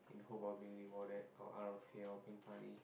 in hope of getting rewarded or out of fear of being punished